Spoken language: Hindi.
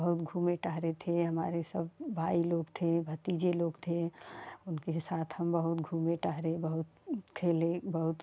बहुत घूमे टहले थे हमारे सब भाई लोग थे भतीजे लोग थे उनके साथ हम बहुत घूमे टहले बहुत खेलें बहुत